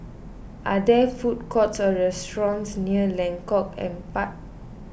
are there food courts or restaurants near Lengkok Empat